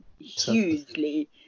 hugely